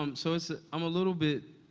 um so it's i'm a little bit